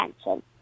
attention